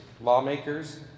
lawmakers